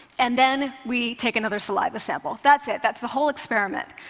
and then we take another saliva sample. that's it. that's the whole experiment.